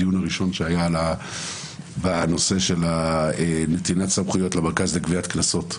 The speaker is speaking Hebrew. בדיון הראשון שהיה בנושא של נתינת סמכויות למרכז לגביית קנסות,